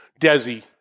Desi